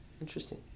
Interesting